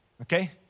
okay